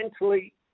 Mentally